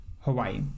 Hawaii